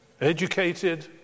educated